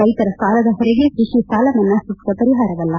ರೈತರ ಸಾಲದ ಹೊರೆಗೆ ಕೃಷಿ ಸಾಲಮನ್ನಾ ಸೂಕ್ತ ಪರಿಹಾರವಲ್ಲ